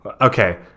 Okay